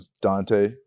Dante